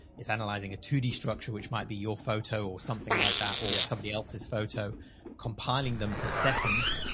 it's analyzing a twod structure, which might be your photo or something like that, or somebody else's photo compiling them in seconds.